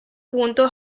punto